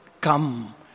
come